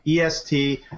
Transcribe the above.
EST